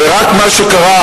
ורק מה שקרה,